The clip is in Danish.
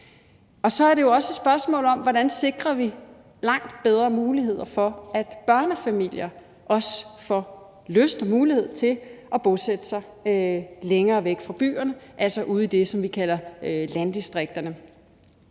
km. Så er det jo også et spørgsmål om, hvordan vi sikrer langt bedre muligheder for, at børnefamilier også får lyst til og mulighed for at bosætte sig længere væk fra byerne, altså ude i det, som vi kalder landdistrikterne.